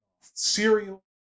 cereal